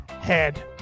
head